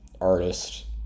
artist